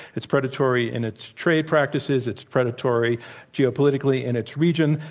it's predatory in its trade practices. it's predatory geopolitically in its region,